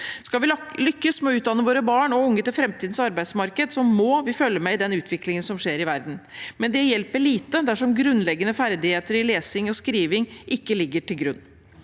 Skal vi lykkes med å utdanne våre barn og unge til framtidens arbeidsmarked, må vi følge med i den utviklingen som skjer i verden, men det hjelper lite dersom grunnleggende ferdigheter i lesing og skriving ikke ligger til grunn.